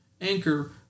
anchor